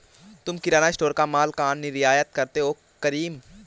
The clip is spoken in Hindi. तुम किराना स्टोर का मॉल कहा निर्यात करते हो करीम?